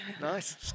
Nice